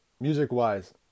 music-wise